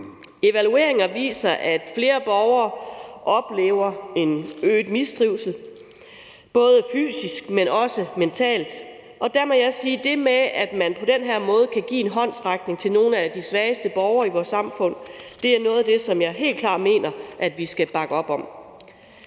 Evalueringer viser, at flere borgere oplever en øget mistrivsel både fysisk og mentalt, og der må jeg sige, at det med, at man på den her måde kan give en håndsrækning til nogle af de svageste borgere i vores samfund, er noget af det, som jeg helt klart mener vi skal bakke op om.